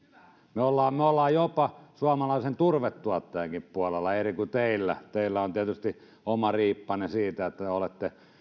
me olemme me olemme jopa suomalaisen turvetuottajankin puolella mikä on eri kuin teillä teillä on tietysti oma riippanne siitä että olette